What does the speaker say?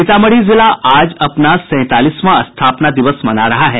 सीतामढ़ी जिला आज अपना सैंतालीसवां स्थापना दिवस मना रहा है